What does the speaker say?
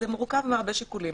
זה מורכב מהרבה שיקולים.